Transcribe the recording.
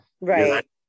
Right